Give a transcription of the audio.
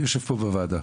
אני יושב פה בוועדה.